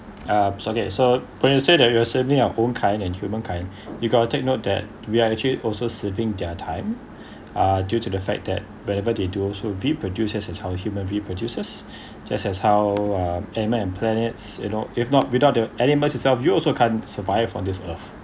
uh sorry eh so when you say that you are certainly of own kind and humankind you got to take note that we are actually also sitting their time uh due to the fact that whenever they do also we produce as a how as human reproduces just as how um animals and planets you know if not without the animals itself you also can't survive on this earth